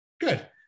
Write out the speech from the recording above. Good